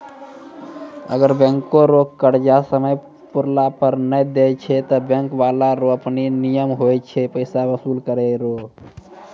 अगर बैंको रो कर्जा समय पुराला पर नै देय छै ते बैंक बाला रो आपनो नियम हुवै छै पैसा बसूल करै रो